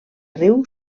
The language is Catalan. riu